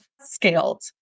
scaled